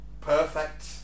perfect